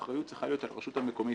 האחריות צריכה להיות על הרשות המקומית.